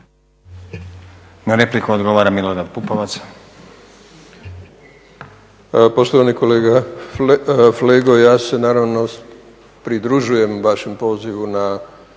Na repliku odgovara Milorad Pupovac.